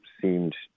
seemed